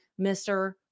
Mr